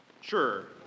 Sure